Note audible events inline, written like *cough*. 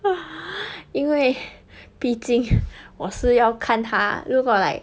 *laughs* 因为毕竟我是要看他如果 like